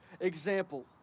example